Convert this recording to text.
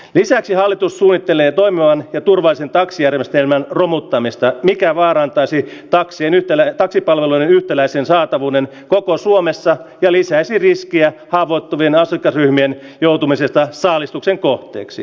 lisäksi hallitus suunnittelee loimaan ja turvaisi taksijärjestelmän romuttamista mikä vaarantaisi taakseni tälle alalle eläisin saatavuuden koko suomessa ja lisäisi riskiä haavoittuvina sekä ryhmien joutumisesta saalistuksen kohteeksi